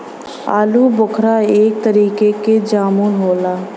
आलूबोखारा एक तरीके क जामुन होला